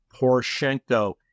Poroshenko